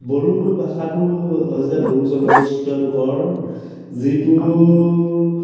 বড়ো ভাষাটো হৈছে বড়ো জনগোষ্ঠীয় লোকৰ যিটো